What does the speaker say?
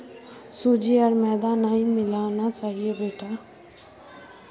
सूजी आर मैदा नई मिलाना चाहिए बेटा